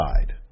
side